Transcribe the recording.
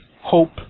hope